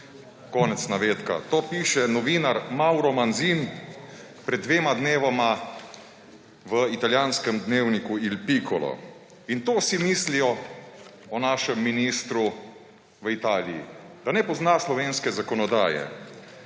meje.« To piše novinar Mauro Manzin pred dvema dnevoma v italijanskem dnevniku Il Piccolo. In to si mislijo o našem ministru v Italiji – da ne pozna slovenske zakonodaje.